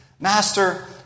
Master